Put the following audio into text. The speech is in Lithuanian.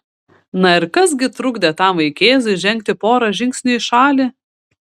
na ir kas gi trukdė tam vaikėzui žengti porą žingsnių į šalį